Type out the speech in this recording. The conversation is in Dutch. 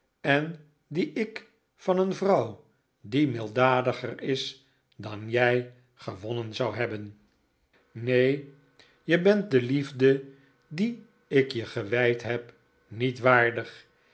en die ik van een vrouw die milddadiger is dan jij gewonnen zou hebben nee je bent de liefde die ik je gewijd heb niet waardig